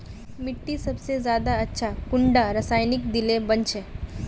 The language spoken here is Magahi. मिट्टी सबसे ज्यादा अच्छा कुंडा रासायनिक दिले बन छै?